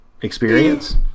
experience